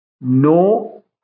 No